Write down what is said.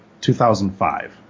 2005